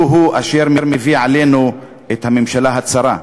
הוא-הוא אשר מביא עלינו את הממשלה הצרה.